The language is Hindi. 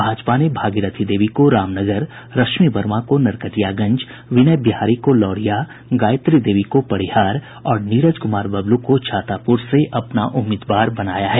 भाजपा ने भागीरथी देवी को रामनगर रश्मि वर्मा को नरकटियागंज विनय बिहारी को लोरिया गायत्री देवी को परिहार और नीरज कुमार बबलू को छातापुर से अपना उम्मीदवार बनाया है